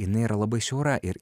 jinai yra labai siaura ir